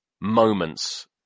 moments